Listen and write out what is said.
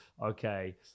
okay